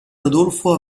rodolfo